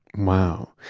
wow.